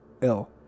ill